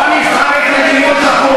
אין לך שום הבנה.